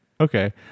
okay